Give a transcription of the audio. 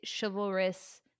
chivalrous